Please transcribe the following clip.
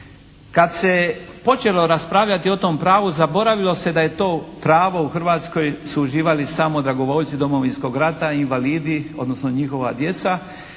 Kad se počelo raspravljati o tom pravu zaboravilo se da je to pravo u Hrvatskoj su uživali samo dragovoljci Domovinskog rata i invalidi odnosno njihova djeca